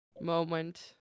moment